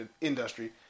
industry